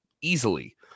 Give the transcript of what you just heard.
easily